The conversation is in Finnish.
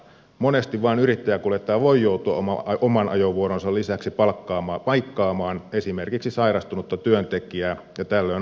monesti vain yrittäjäkuljettaja voi joutua oman ajovuoronsa lisäksi paikkaamaan esimerkiksi sairastunutta työntekijää ja tällöin ajotunteja kertyy